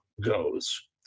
goes